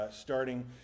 starting